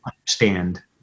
understand